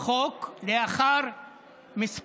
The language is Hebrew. בגיל 70 לבן הזוג זה כבר מגיע,